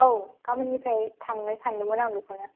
औ गोबोननिफ्राय थांनो सानदोंमोन आं बेखौनो